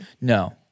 No